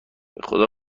بخدا